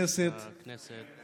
(אומר דברים בשפה הערבית,